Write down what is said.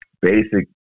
basic